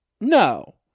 No